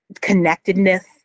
connectedness